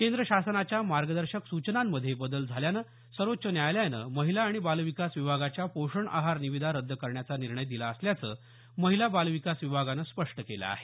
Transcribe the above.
केंद्र शासनाच्या मार्गदर्शक सूचनांमध्ये बदल झाल्यामुळे सर्वोच्व न्यायालयानं महिला आणि बालविकास विभागाच्या पोषण आहार निविदा रद्द करण्याचा निर्णय दिला असल्याचं महिला बालविकास विभागानं स्पष्ट केलं आहे